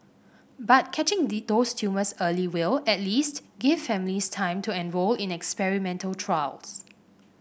but catching those tumours early will at least give families time to enrol in experimental trials